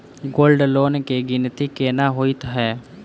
Gold loan केँ गिनती केना होइ हय?